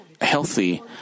healthy